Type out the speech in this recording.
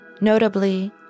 Notably